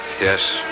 Yes